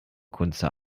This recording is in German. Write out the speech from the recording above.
kunze